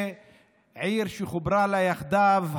עיר שחוברה לה יחדיו,